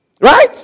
Right